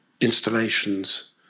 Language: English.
installations